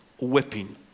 whipping